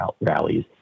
rallies